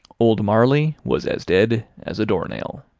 old marley was as dead as a door-nail.